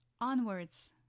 Onwards